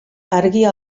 argia